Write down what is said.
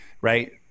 right